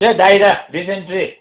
त्यो बाहिर डिसेन्ट्री